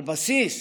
על בסיס